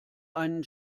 einen